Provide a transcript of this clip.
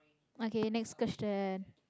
okay next question